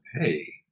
hey